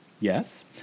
yes